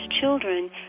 children